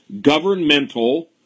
governmental